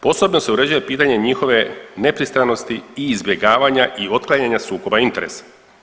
Posebno se uređuje pitanje njihove nepristranosti i izbjegavanja i otklanjanja sukoba interesa.